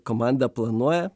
komanda planuoja